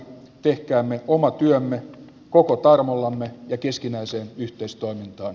tehkäämme omat työmme koko tarmollamme ja keskinäiseen yhteistoiminta